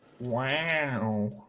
Wow